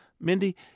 Mindy